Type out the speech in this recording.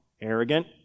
Arrogant